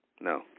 No